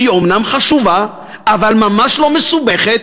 שהיא אומנם חשובה אבל ממש לא מסובכת,